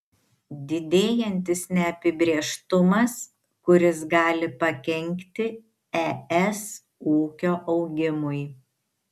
didėjantis neapibrėžtumas kuris gali pakenkti es ūkio augimui